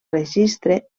registre